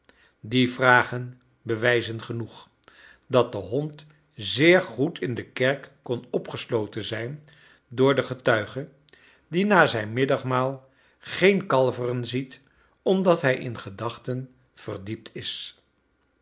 die vragen bewijzen genoeg dat de hond zeer goed in de kerk kon opgesloten zijn door den getuige die na zijn middagmaal geen kalveren ziet omdat hij in gedachten verdiept is